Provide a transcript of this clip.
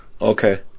Okay